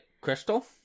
Crystal